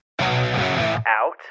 Out